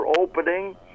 opening